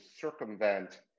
circumvent